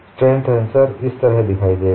strain tensor इस तरह दिखाई देगा